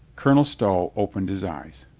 colonel stow opened his eyes.